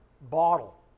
bottle